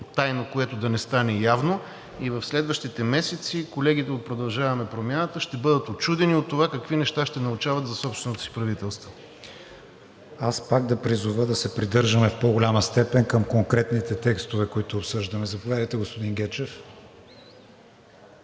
тайно, което да не стане явно, и в следващите месеци колегите от „Продължаваме Промяната“ ще бъдат учудени от това какви неща ще научават за собственото си правителство. ПРЕДСЕДАТЕЛ КРИСТИАН ВИГЕНИН: Аз пак да призова да се придържаме в по-голяма степен към конкретните текстове, които обсъждаме. Заповядайте, господин Гечев.